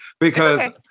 because-